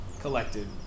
Collected